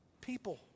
people